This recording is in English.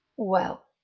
well,